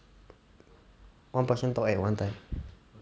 one person talk at one time